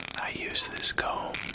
i use this comb